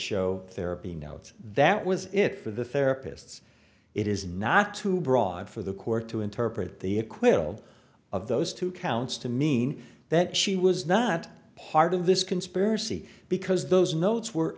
show therapy notes that was it for the therapists it is not too broad for the court to interpret the acquittal of those two counts to mean that she was not part of this conspiracy because those notes were